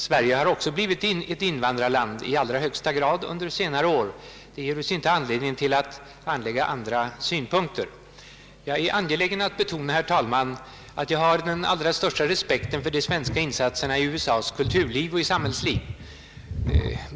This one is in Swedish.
Sverige har också blivit ett invandrarland i allra högsta grad på senare år. Det ger oss inte anledning att anlägga andra synpunkter. Jag är angelägen att betona att jag har den allra största respekt för de svenska insatserna i USA:s kulturliv och samhällsliv.